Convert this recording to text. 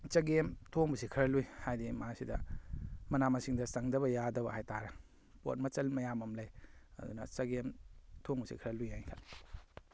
ꯆꯒꯦꯝ ꯊꯣꯡꯕꯁꯤ ꯈꯔ ꯂꯨꯏ ꯍꯥꯏꯗꯤ ꯃꯁꯤꯗ ꯃꯅꯥ ꯃꯁꯤꯡꯗ ꯆꯪꯗꯕ ꯌꯥꯗꯕ ꯍꯥꯏꯇꯥꯔꯦ ꯄꯣꯠ ꯃꯆꯜ ꯃꯌꯥꯝ ꯑꯃ ꯂꯩ ꯑꯗꯨꯅ ꯆꯒꯦꯝ ꯊꯣꯡꯕꯁꯤ ꯈꯔ ꯂꯨꯏ ꯍꯥꯏꯅ ꯈꯜꯂꯤ